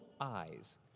eyes